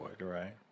right